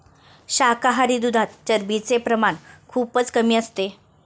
शाकाहारी दुधात चरबीचे प्रमाण खूपच कमी असते